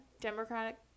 democratic